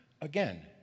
Again